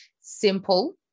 SIMPLE